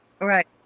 Right